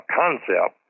concept